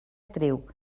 actriu